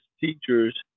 teachers